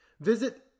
Visit